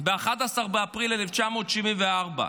ב-11 באפריל 1974,